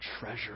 treasure